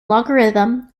logarithm